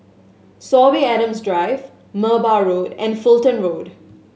Sorby Adams Drive Merbau Road and Fulton Road